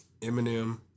Eminem